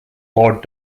lord